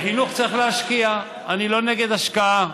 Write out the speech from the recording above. בחינוך צריך להשקיע, אני לא נגד השקעה,